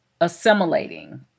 assimilating